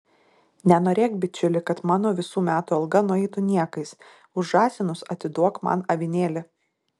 nenorėk bičiuli kad mano visų metų alga nueitų niekais už žąsinus atiduok man avinėlį